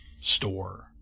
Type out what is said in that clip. store